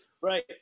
right